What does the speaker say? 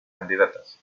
candidatas